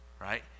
right